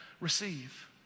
receive